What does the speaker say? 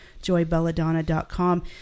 joybelladonna.com